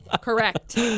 Correct